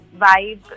vibe